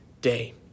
day